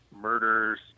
murders